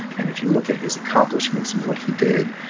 and if you look at his accomplishments and what he did,